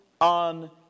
on